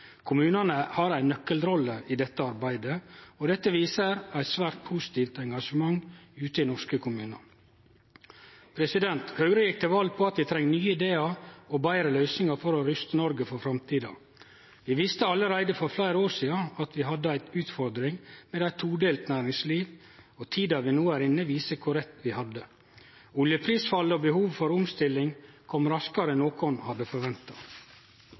Kommunane har ei nøkkelrolle i dette arbeidet, og dette viser eit svært positivt engasjement ute i norske kommunar. Høgre gjekk til val på at vi treng nye idear og betre løysingar for å ruste Noreg for framtida. Vi visste allereie for fleire år sidan at vi hadde ei utfordring med eit todelt næringsliv, og tida vi no er inne i, viser kor rett vi hadde. Oljeprisfallet og behovet for omstilling kom raskare enn nokon hadde